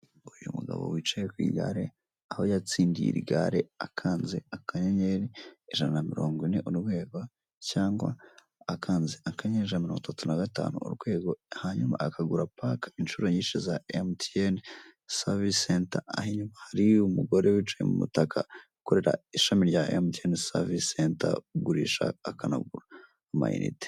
Uyu mugabo wicaye ku igare, aho yatsindiye iri igare akanze akanyenyeri ijana na mirongo ine urwego cyangwa akanze akanyenyeri ijana na mirongo itatu na gatanu urwego, hanyuma akagura pake inshuro nyinshi za emutiyene savisi senta, aho inyuma hari umugore wicaye mu mutaka ukorera ishami rya emutiyene savisi senta, ugurisha akanagura amayinite.